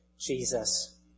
Jesus